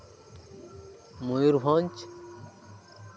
Mayurbhanj